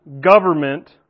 government